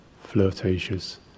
flirtatious